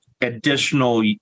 additional